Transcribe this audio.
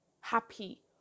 happy